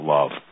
Love